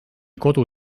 kodu